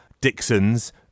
dixon's